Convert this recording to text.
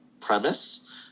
premise